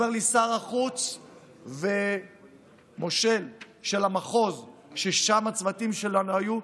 אומר לי שר החוץ ומושל של המחוז שבו הצוותים שלנו היו: